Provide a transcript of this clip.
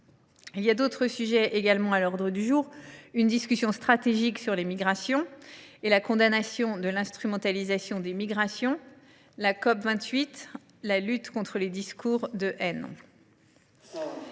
D’autres sujets seront à l’ordre du jour : une discussion stratégique sur les migrations et la condamnation de leur instrumentalisation ; la COP28 ; la lutte contre les discours de haine.